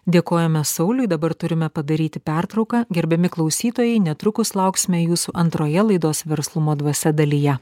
dėkojame sauliui dabar turime padaryti pertrauką gerbiami klausytojai netrukus lauksime jūsų antroje laidos verslumo dvasia dalyje